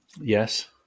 Yes